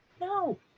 no